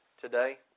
today